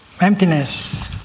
emptiness